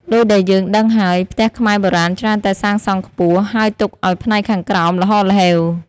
ដូចដែលយើងដឹងហើយ ផ្ទះខ្មែរបុរាណច្រើនតែសាងសង់ខ្ពស់ ហើយទុកឱ្យផ្នែកខាងក្រោមល្ហហ្ហេវ។